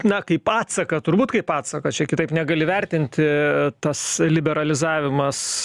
na kaip atsaką turbūt kaip atsaką čia kitaip negali vertinti tas liberalizavimas